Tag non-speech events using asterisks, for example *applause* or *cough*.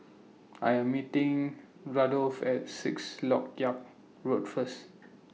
I Am meeting Randolph At Sixth Lok Yang Road First *noise*